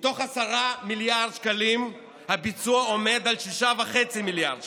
מתוך 10 מיליארד שקלים הביצוע עומד על 6.5 מיליארד שקלים.